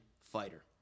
fighter